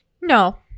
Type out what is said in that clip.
No